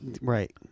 Right